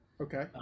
Okay